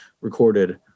recorded